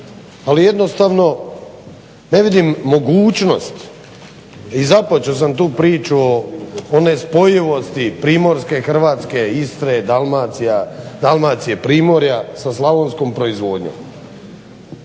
ali jednostavno ne vidim mogućnost i započeo sam tu priču o nespojivosti Primorske Hrvatske, Istre, Dalmacije, Primorja sa slavonskom proizvodnjom.